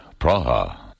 Praha